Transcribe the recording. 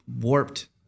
warped